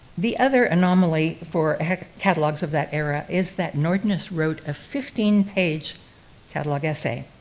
the other anomaly for catalogues of that era is that nordness wrote a fifteen page catalogue essay.